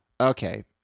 Okay